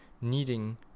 needing